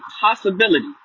possibility